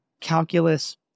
calculus